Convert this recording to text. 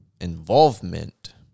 involvement